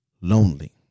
lonely